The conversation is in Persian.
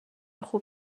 خوب